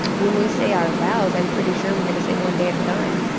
when we say our vows, i'm pretty sure we're gonna say one day at a time.